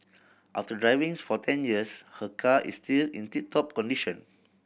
after driving for ten years her car is still in tip top condition